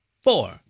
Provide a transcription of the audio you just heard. Four